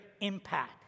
impact